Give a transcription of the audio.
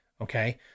Okay